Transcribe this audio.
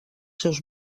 seus